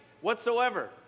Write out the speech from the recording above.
whatsoever